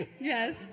Yes